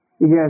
Yes